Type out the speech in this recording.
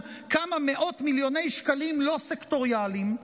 כמה מאות מיליוני שקלים לא סקטוריאליים,